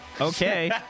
Okay